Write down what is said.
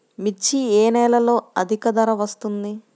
మిర్చి ఏ నెలలో అధిక ధర వస్తుంది?